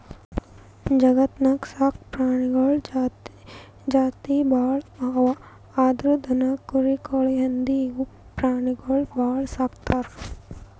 ಜಗತ್ತ್ನಾಗ್ ಸಾಕ್ ಪ್ರಾಣಿಗಳ್ ಜಾತಿ ಭಾಳ್ ಅವಾ ಅದ್ರಾಗ್ ದನ, ಕುರಿ, ಕೋಳಿ, ಹಂದಿ ಇವ್ ಪ್ರಾಣಿಗೊಳ್ ಭಾಳ್ ಸಾಕ್ತರ್